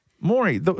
Maury